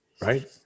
right